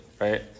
right